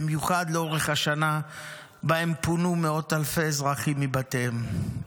במיוחד לאורך השנה שבה פונו מאות אלפי אזרחים מבתיהם.